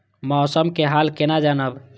मौसम के हाल केना जानब?